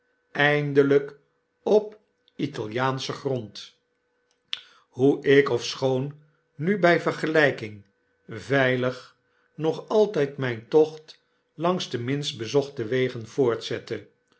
eindelyk op italiaanschen grond hoe ik ofschoon nu by vergelyking veilig nog altyd myn tocht langs de minst bezochte wegen voortzette